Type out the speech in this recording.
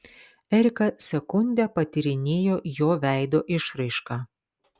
erika sekundę patyrinėjo jo veido išraišką